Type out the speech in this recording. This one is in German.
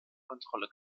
kontrolle